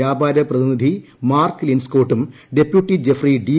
വ്യാപാര പ്രതിനിധി മാർക്ക് ലിൻസ്കോട്ടും ഡെപ്യൂട്ടി ജെഫ്രി ഡി